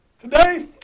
Today